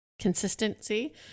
consistency